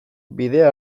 bidea